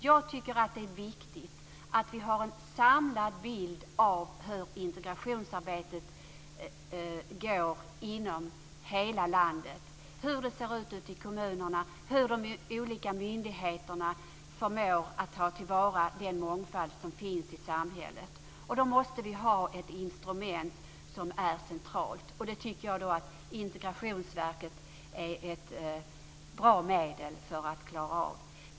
Jag tycker att det är viktigt att vi har en samlad bild av hur integrationsarbetet bedrivs i hela landet, hur det ser ut ute i kommunerna och hur de olika myndigheterna förmår ta till vara den mångfald som finns i samhället. Vi måste ha ett centralt instrument för denna uppgift, och jag tycker att Integrationsverket är väl lämpat för att klara den.